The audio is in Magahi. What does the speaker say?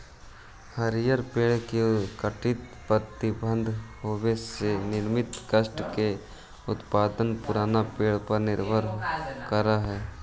हरिअर पेड़ के कटाई पर प्रतिबन्ध होवे से नियमतः काष्ठ के उत्पादन पुरान पेड़ पर निर्भर करऽ हई